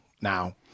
now